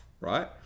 right